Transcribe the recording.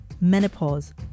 menopause